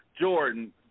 Jordan